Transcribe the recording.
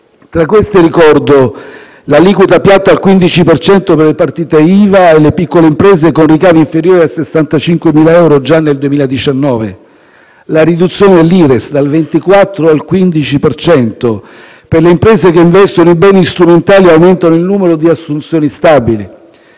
Tra queste ricordo l'aliquota piatta al 15 per cento per le partite IVA e le piccole imprese con ricavi inferiori a 65.000 euro già nel 2019; la riduzione dell'Ires dal 24 al 15 per cento per le imprese che investono in beni strumentali e aumentano il numero di assunzioni stabili;